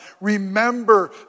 Remember